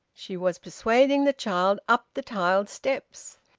she was persuading the child up the tiled steps.